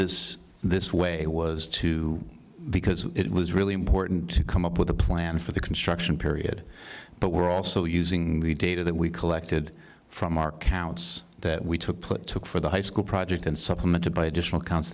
this this way was to because it was really important to come up with a plan for the construction period but we're also using the data that we collected from our counts that we took put took for the high school project and supplemented by additional co